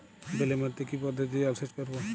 বেলে মাটিতে কি পদ্ধতিতে জলসেচ করব?